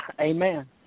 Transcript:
Amen